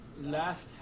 last